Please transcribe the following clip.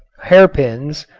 hairpins,